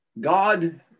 God